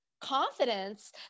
confidence